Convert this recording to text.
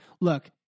look